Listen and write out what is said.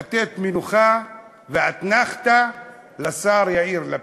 לתת מנוחה ואתנחתה לשר יאיר לפיד,